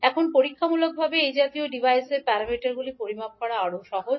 এখন পরীক্ষামূলকভাবে এই জাতীয় ডিভাইসের h প্যারামিটারগুলি পরিমাপ করা আরও সহজ